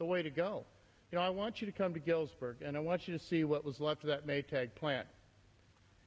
the way to go you know i want you to come to gill's park and i want you to see what was left of that maytag plant